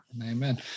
Amen